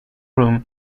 room